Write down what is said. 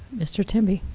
mr. temby.